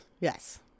yes